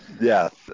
Yes